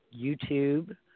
YouTube